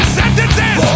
sentences